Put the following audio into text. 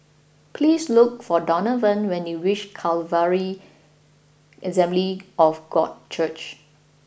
please look for Donavon when you reach Calvary Assembly of God Church